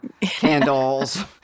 candles